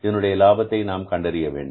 இதனுடைய லாபத்தை நாம் கண்டறிய வேண்டும்